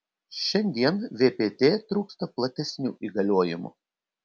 šiandien vpt trūksta platesnių įgaliojimų